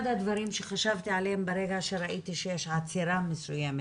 אחד הדברים שחשבתי עליהם ברגע שראיתי שיש עצירה מסוימת